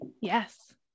Yes